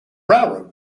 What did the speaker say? railroad